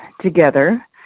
together